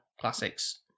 classics